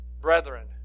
brethren